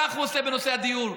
וכך הוא עושה בנושא הדיור.